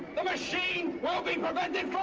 the machine will be prevented